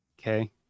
Okay